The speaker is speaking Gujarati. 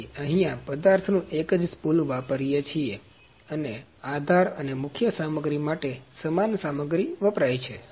તેથી અહીંયા પદાર્થનું એક જ સ્પુલ વાપરીએ છીએ આધાર અને મુખ્ય સામગ્રી માટે સમાન સામગ્રી વપરાઇ છે